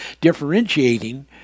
differentiating